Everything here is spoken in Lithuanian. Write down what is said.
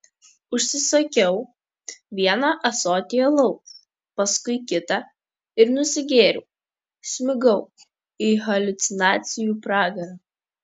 užsisakiau vieną ąsotį alaus paskui kitą ir nusigėriau smigau į haliucinacijų pragarą